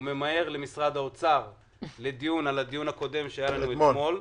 הוא ממהר למשרד האוצר בנוגע לדיון שהיה לנו אתמול,